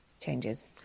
changes